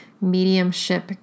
mediumship